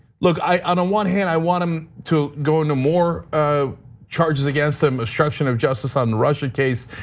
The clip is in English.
look, i don't want hand i want them to go into more ah charges against them obstruction of justice on the russia case.